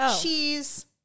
Cheese